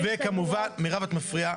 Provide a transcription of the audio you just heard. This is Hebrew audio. מירב את מפריעה.